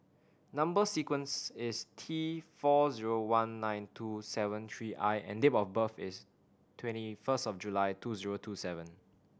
number sequence is T four zero one nine two seven three I and date of birth is twenty first of July two zero two seven